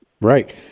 Right